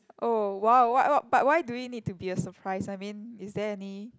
oh wow what what but why do we need to be a surprise I mean is there any